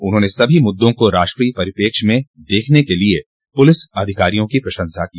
उन्होंने सभी मुद्दों को राष्ट्रीय परिप्रेक्ष्य में देखने के लिए पुलिस अधिकारियों की प्रशंसा की